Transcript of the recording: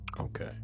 Okay